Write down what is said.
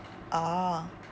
ah